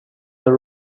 the